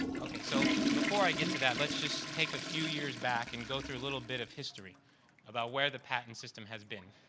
okay. so, before i get to that, let's just take a few years back and go through a little bit of history about where the patent system has been.